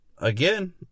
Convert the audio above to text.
Again